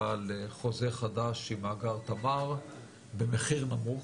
על חוזה חדש עם מאגר תמר במחיר נמוך.